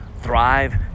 thrive